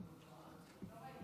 לא ראיתי.